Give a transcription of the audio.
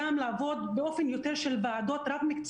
אני לא יכולה לקבל את ההחלטות עבור מקבלי ההחלטות במשרד הבריאות